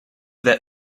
that